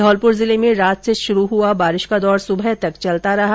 धौलपुर जिले में रात से शुरू हुआ बारिश का दौर सुबह तक चलता रहा